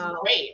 great